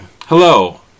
Hello